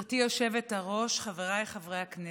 גברתי היושבת-ראש, חבריי חברי הכנסת,